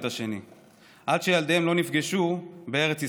את אלה עד שילדיהם נפגשו בארץ ישראל.